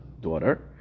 daughter